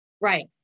right